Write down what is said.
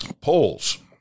Polls